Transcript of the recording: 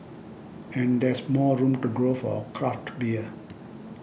and there's more room to grow for craft beer